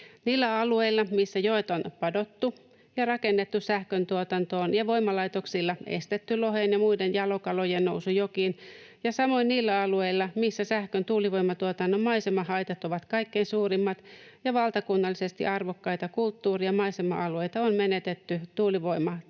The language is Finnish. Niillä alueilla, missä joet on padottu ja rakennettu sähkön tuotantoon ja voimalaitoksilla estetty lohen ja muiden jalokalojen nousu jokiin, ja samoin niillä alueilla, missä sähkön tuulivoimatuotannon maisemahaitat ovat kaikkein suurimmat ja valtakunnallisesti arvokkaita kulttuuri- ja maisema-alueita on menetetty